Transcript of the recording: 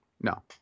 No